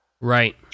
Right